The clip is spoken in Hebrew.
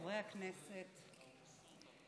חברי הכנסת,